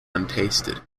untasted